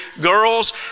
girls